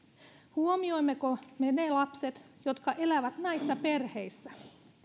huomioimmeko me ne lapset jotka elävät näissä perheissä